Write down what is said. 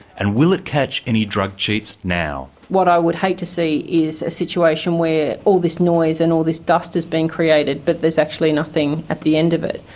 and will it catch any drug cheats now? what i would hate to see is a situation where all this noise and all this dust has been created but there's actually nothing at the end of it.